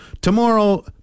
Tomorrow